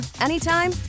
anytime